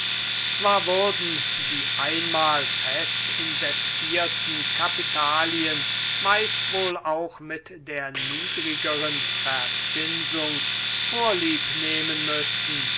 zwar würden die einmal fest investierten kapitalien meist wohl auch mit der niedrigeren verzinsung vorliebnehmen müssen